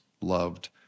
loved